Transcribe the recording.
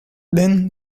then